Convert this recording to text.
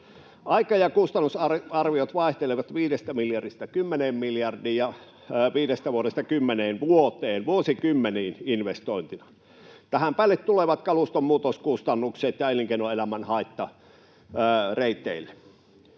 Aika ja kustannusarviot vaihtelevat viidestä miljardista kymmeneen miljardiin ja viidestä vuodesta kymmeneen vuoteen tai vuosikymmeniin investointina. Tähän päälle tulevat kaluston muutoskustannukset ja elinkeinoelämän haitta reiteille.